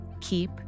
keep